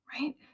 Right